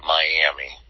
Miami